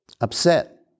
upset